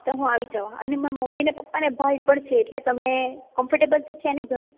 તો હું આવી જવા અને મારી મમ્મી ને પપ્પા ને ભાઈ પણ છે એટલે તમે કમ્ફર્ટેબલ તો છે ને ઘર